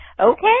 okay